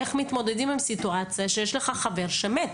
איך מתמודדים עם סיטואציה שיש לך חבר שמת?